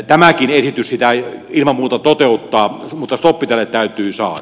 tämäkin esitys sitä ilman muuta toteuttaa mutta stoppi tälle täytyy saada